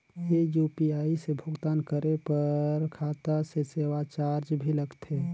ये यू.पी.आई से भुगतान करे पर खाता से सेवा चार्ज भी लगथे?